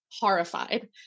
horrified